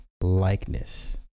likeness